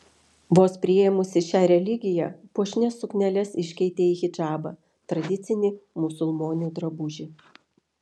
vos priėmusi šią religiją puošnias sukneles iškeitė į hidžabą tradicinį musulmonių drabužį